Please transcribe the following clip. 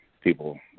people